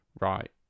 Right